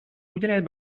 уделяет